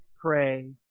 pray